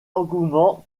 engouement